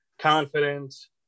confidence